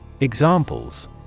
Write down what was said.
examples